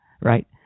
right